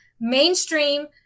mainstream